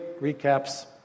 recaps